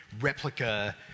replica